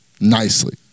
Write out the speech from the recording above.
nicely